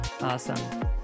Awesome